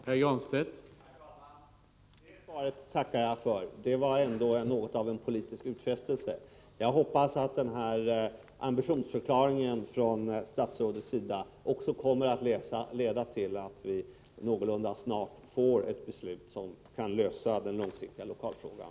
Herr talman! Det svaret tackar jag för. Det var ändå något av en politisk utfästelse. Jag hoppas att denna ambitionsförklaring från statsrådets sida också kommer att leda till att vi någorlunda snart får ett beslut som kan lösa den långsiktiga lokalfrågan.